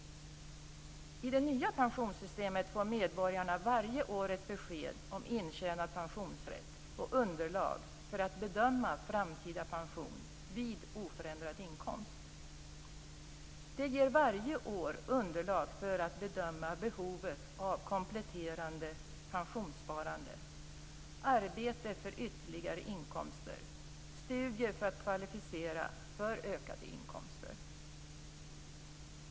I det nya pensionssystemet får medborgarna varje år ett besked om intjänad pensionsrätt och underlag för att bedöma framtida pension vid oförändrad inkomst. Det ger varje år underlag för att bedöma behovet av kompletterande pensionssparande, arbete för ytterligare inkomster och studier för att kvalificera för ökade inkomster.